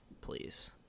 please